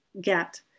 get